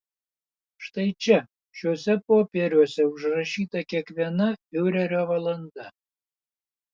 štai čia šiuose popieriuose užrašyta kiekviena fiurerio valanda